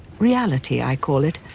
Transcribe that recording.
reality, i call it.